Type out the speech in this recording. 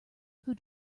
who